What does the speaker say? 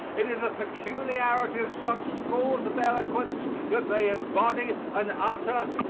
it is a peculiarity of some schools of eloquence that they embody and utter,